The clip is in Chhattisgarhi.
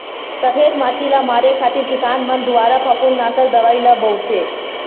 सफेद मांछी ल मारे खातिर किसान मन दुवारा फफूंदनासक दवई ल बउरथे